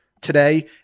today